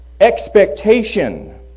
expectation